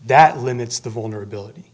that limits the vulnerability